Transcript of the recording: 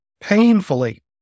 Painfully